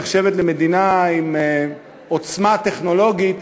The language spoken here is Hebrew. שנחשבת למדינה עם עוצמה טכנולוגית,